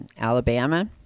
alabama